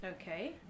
Okay